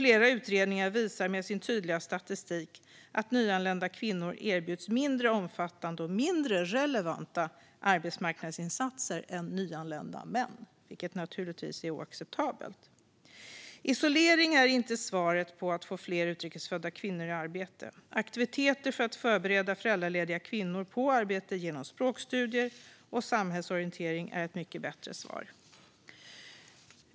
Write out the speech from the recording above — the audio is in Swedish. Flera utredningar visar med sin tydliga statistik att nyanlända kvinnor erbjuds mindre omfattande och mindre relevanta arbetsmarknadsinsatser än nyanlända män, vilket naturligtvis är oacceptabelt. Isolering är inte svaret på att få fler utrikes födda kvinnor i arbete. Aktiviteter för att förbereda föräldralediga kvinnor på arbete genom språkstudier och samhällsorientering är ett mycket bättre svar.